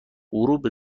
غروب